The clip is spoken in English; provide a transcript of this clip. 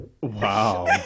Wow